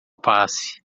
passe